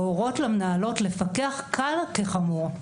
להורות למנהלות לפקח קל כחמור.